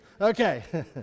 Okay